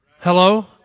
Hello